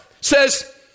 says